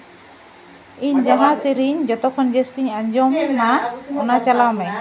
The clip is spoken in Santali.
ᱤᱧ ᱡᱟᱦᱟᱸ ᱥᱮᱨᱮᱧ ᱡᱚᱛᱚ ᱠᱷᱚᱱ ᱡᱟᱹᱥᱛᱤᱧ ᱟᱸᱡᱚᱢᱟ ᱚᱱᱟ ᱪᱟᱞᱟᱣ ᱢᱮ